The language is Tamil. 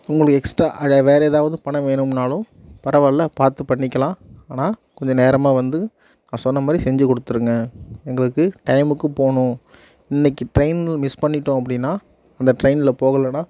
உங்களுக்கு எக்ஸ்ட்ராக வேற ஏதாவது பணம் வேணுனாலும் பரவாயில்லை பார்த்து பண்ணிக்கலாம் ஆனால் கொஞ்சம் நேரமாக வந்து நான் சொன்ன மாதிரி செஞ்சி கொடுத்துருங்க எங்களுக்கு டைம்முக்கு போகணும் இன்னைக்கு ட்ரெயின் மிஸ் பண்ணிட்டோம் அப்படினா அந்த ட்ரெயினில் போகலைனா